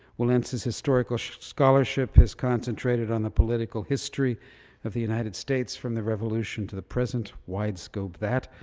wilhentz's historical scholarship has concentrated on the political history of the united states from the revolution to the present, wide scope, that.